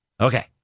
Okay